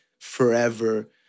forever